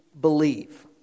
believe